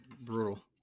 Brutal